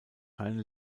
heine